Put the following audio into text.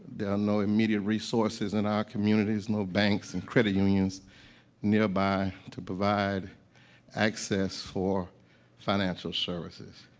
there are no immediate resources in our communities, no banks and credit unions nearby to provide access for financial services.